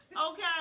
Okay